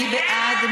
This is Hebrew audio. מי בעד?